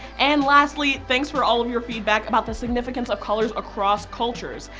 and lastly thanks for all of your feedback about the significance of colors across cultures.